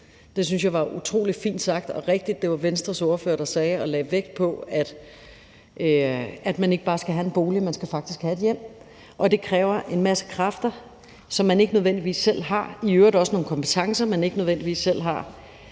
jeg var utrolig fint og rigtigt sagt – det var Venstres ordfører, der sagde det og lagde vægt på, at man ikke bare skal have en bolig, men at man faktisk skal have et hjem. Og det kræver en masse kræfter, som man ikke nødvendigvis selv har, og i øvrigt også nogle kompetencer, som man ikke nødvendigvis selv har.